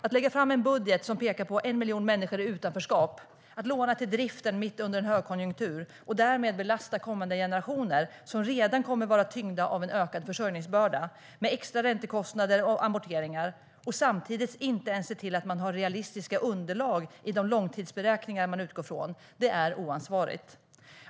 Att lägga fram en budget som pekar på 1 miljon människor i utanförskap och att låna till driften mitt under en högkonjunktur och därmed belasta kommande generationer, som redan kommer att vara tyngda av en ökad försörjningsbörda, med extra räntekostnader och amorteringar, och samtidigt inte ens se till att man har realistiska underlag i de långtidsberäkningar man utgår från är oansvarigt.